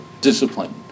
discipline